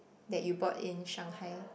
that you bought in Shanghai